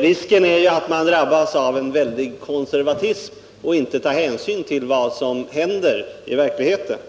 Risken är att man drabbas av en stark konservatism och inte tar hänsyn till vad som händer i verkligheten.